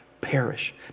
perish